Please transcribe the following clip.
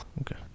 Okay